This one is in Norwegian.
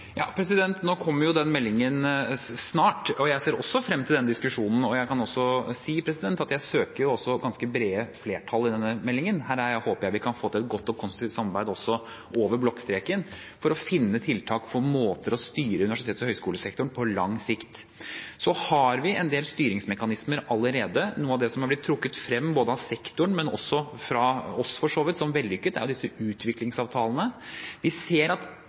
Nå kommer jo den meldingen snart, og jeg ser også frem til den diskusjonen. Jeg kan også si at jeg søker ganske brede flertall i denne meldingen, og jeg håper vi kan få til et godt og konstruktivt samarbeid over blokkstreken for å finne tiltak og måter å styre universitets- og høyskolesektoren på på lang sikt. Vi har en del styringsmekanismer allerede. Noe av det som er blitt trukket frem av sektoren – men også av oss, for så vidt – som vellykket, er utviklingsavtalene. Vi ser at